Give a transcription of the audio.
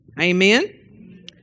Amen